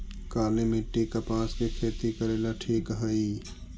काली मिट्टी, कपास के खेती करेला ठिक हइ?